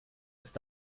ist